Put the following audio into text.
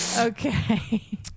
okay